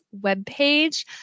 webpage